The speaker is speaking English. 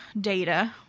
data